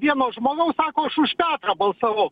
vieno žmogaus sako aš už petrą balsavau